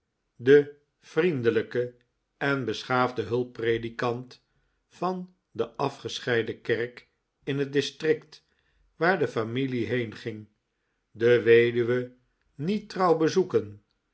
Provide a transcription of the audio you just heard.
de vriendelijke en beschaafde hulppredikant van de afgescheiden kerk in het district waar de familie heen ging de weduwe niet trouw bezoeken